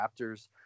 Raptors